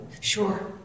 Sure